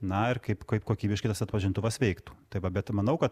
na ir kaip kokybiškai tas atpažintuvas veiktų tai va bet manau kad